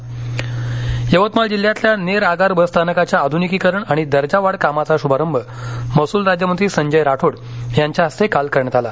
यवतमाळ यवतमाळ जिल्ह्यातील नेर आगार बसस्थानकाच्या आधुनिकीकरण आणि दर्जावाढ कामाचा शुभारंभमहसूल राज्यमंत्री संजय राठोड यांच्या हस्ते काल करण्यात आला